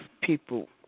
people